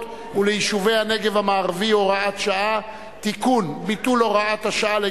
וליישובי הנגב המערבי (הוראת שעה) (תיקון,